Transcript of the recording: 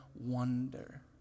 wonder